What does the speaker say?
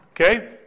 Okay